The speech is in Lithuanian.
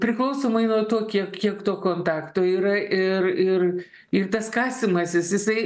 priklausomai nuo to kiek kiek to kontakto yra ir ir ir tas kasymasis jisai